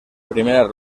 primera